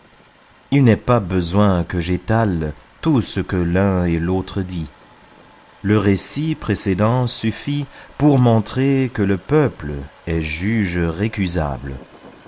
il n'est pas besoin que j'étale tout ce que l'un et l'autre dit le récit précédent suffit pour montrer que le peuple est jugé